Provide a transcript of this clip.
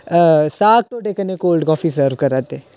साग ढोडे कन्नै कोल्ड काफी सर्व करै करदे